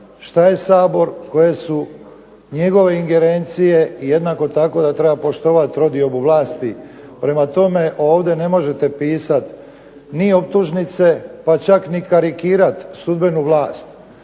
što je SAbor, koje su njegove ingerencije i jednako tako da treba poštovati trodiobu vlasti. Prema tome, ovdje ne možete pisati ni optužnice, pa čak ni karikirati sudbenu vlast.